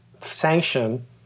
sanction